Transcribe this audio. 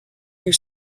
near